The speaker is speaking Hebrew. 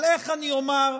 אבל איך אני אומר,